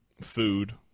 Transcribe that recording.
food